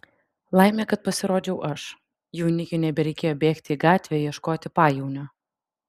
laimė kad pasirodžiau aš jaunikiui nebereikėjo bėgti į gatvę ieškoti pajaunio